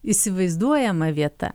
įsivaizduojama vieta